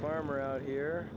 farmer out here